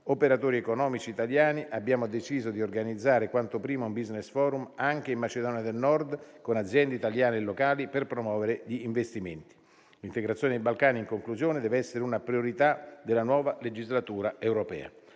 operatori economici italiani, abbiamo deciso di organizzare quanto prima un *business* *forum* anche in Macedonia del Nord con aziende italiane e locali per promuovere gli investimenti. L'integrazione dei Balcani, in conclusione, deve essere una priorità della nuova legislatura europea.